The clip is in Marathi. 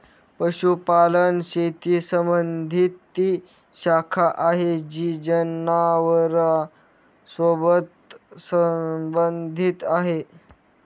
पशुपालन शेती संबंधी ती शाखा आहे जी जनावरांसोबत संबंधित आहे